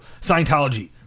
Scientology